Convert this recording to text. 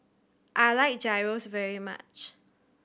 I like Gyros very much